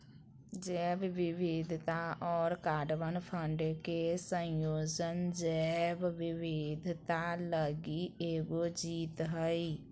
जैव विविधता और कार्बन फंड के संयोजन जैव विविधता लगी एगो जीत हइ